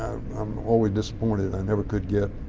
um only disappointed i never could get